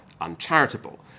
uncharitable